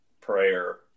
prayer